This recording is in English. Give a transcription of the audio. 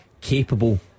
capable